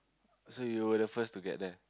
so you were the first to get to get there